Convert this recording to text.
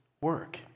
work